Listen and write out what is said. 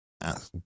ask